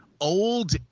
old